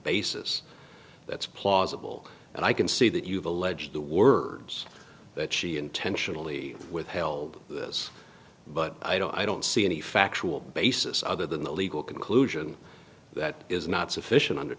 basis that's plausible and i can see that you've allege the words that she intentionally withheld this but i don't i don't see any factual basis other than the legal conclusion that is not sufficient under